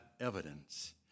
evidence